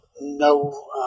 no